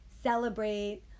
celebrate